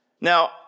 Now